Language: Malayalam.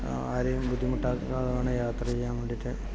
ആരെയും ബുദ്ധിമുട്ടിക്കാതെ വേണം യാത്ര ചെയ്യാൻ വേണ്ടിയിട്ട്